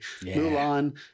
Mulan